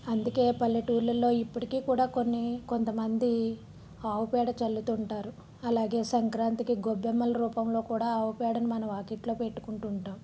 అందుకే పల్లెటూర్లల్లో ఇప్పటికి కూడా కొన్ని కొంతమంది ఆవుపేడ చల్లుతు ఉంటారు అలాగే సంక్రాంతికి గొబ్బెమ్మల రూపంలో కూడా ఆవుపేడని మన వాకిట్లో పెట్టుకుంటు ఉంటాం